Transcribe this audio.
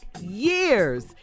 years